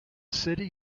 city